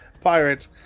pirate